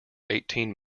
eighteen